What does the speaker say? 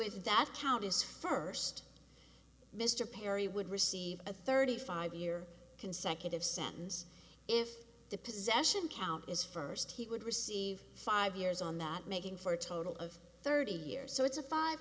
if that count is first mr perry would receive a thirty five year consecutive sentence if the possession count is first he would receive five years on that making for a total of thirty years so it's a five